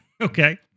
Okay